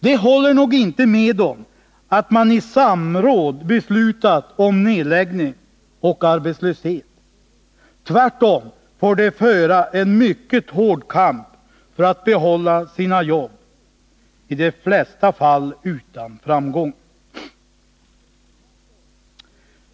De håller nog inte med om att man i samråd beslutat om nedläggning och arbetslöshet. De får tvärtom föra en mycket hård kamp för att behålla sina jobb, i de flesta fall utan framgång.